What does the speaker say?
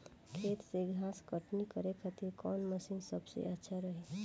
खेत से घास कटनी करे खातिर कौन मशीन सबसे अच्छा रही?